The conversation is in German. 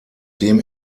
dem